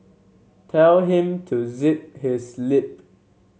tell him to zip his lip